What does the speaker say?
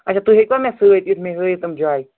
اچھا تُہۍ ہیٚکوا مےٚ سۭتۍ یِتھ مےٚ ہٲیو تِم جایہِ